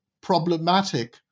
problematic